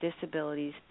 disabilities